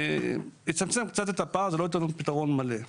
זה יצמצם קצת את הפער, אבל לא ייתן לנו פתרון מלא.